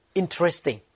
interesting